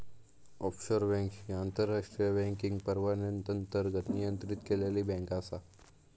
offshore bank ही आंतरराष्ट्रीय banking परवान्याअंतर्गत नियंत्रित केलेली बँक आसा